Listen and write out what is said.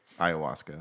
ayahuasca